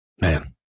Man